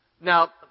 Now